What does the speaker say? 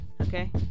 Okay